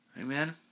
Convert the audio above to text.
Amen